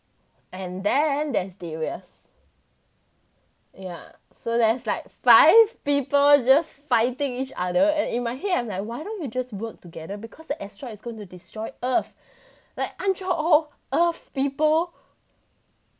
and then there's the darius yeah so there's like five people just fighting each other and in my head I'm like why don't you just work together because the asteroid is going to destroy earth like aren't you all earth people